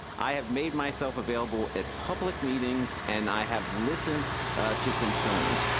i have made myself available at public meetings, and i have listened to concerns.